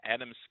Adam